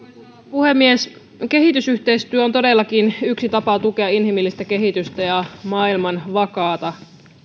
puhemies kehitysyhteistyö on todellakin yksi tapa tukea inhimillistä kehitystä ja maailman vakaata